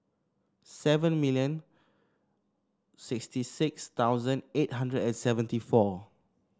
seven million sixty six thousand eight hundred and seventy four